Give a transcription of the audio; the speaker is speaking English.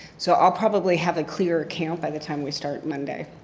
so ah probably have a clear account by the time we start monday.